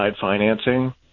financing